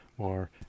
more